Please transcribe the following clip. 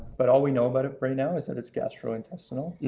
but all we know about it right now is that it's gastrointestinal?